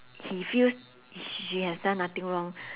he feels she has done nothing wrong